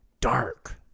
dark